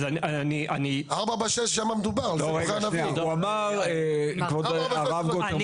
446 שם מדובר --- הרב גוטרמן,